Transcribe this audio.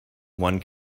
one